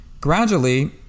Gradually